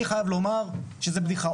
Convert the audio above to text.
אני חייב לומר שזה בדיחה,